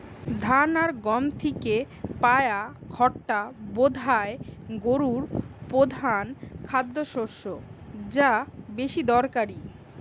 ধান আর গম থিকে পায়া খড়টা বোধায় গোরুর পোধান খাদ্যশস্য যা বেশি দরকারি